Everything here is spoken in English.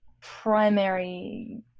primary